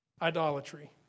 idolatry